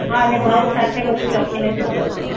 હા અને ભાવ સાથે બધું લખીને જ મોક્લજો